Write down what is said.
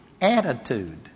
attitude